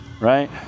right